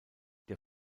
der